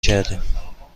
کردیم